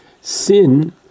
sin